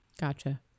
Gotcha